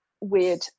weird